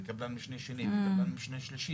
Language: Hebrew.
וקבלן משנה שני וקבלן משנה שלישי,